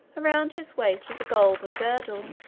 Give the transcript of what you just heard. around his waist was a golden girdle,